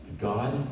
God